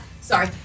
Sorry